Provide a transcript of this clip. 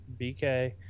BK